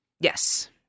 Yes